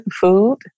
food